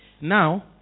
now